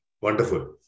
Wonderful